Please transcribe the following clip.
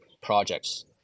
projects